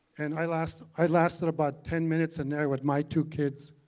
and i lasted i lasted about ten minutes in there with my two kids